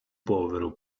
povero